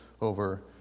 over